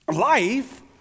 Life